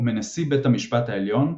או מנשיא בית המשפט העליון,